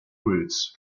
routes